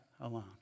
alone